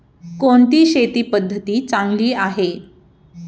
कोणती शेती पद्धती चांगली आहे?